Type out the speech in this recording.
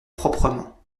proprement